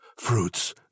fruits